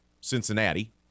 Cincinnati